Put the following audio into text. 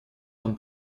нам